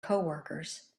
coworkers